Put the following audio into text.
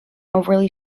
overly